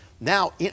Now